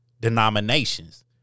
denominations